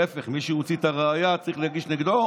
להפך, מי שהוציא ראיה, צריך להגיש נגדו